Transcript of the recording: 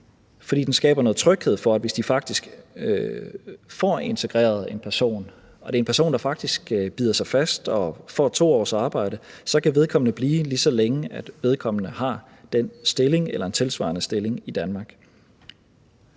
fordi den skaber noget tryghed for, at hvis de får integreret en person, og det er en person, der faktisk bider sig fast og får 2 års arbejde, kan vedkommende blive, lige så længe vedkommende har den stilling eller en tilsvarende stilling i Danmark.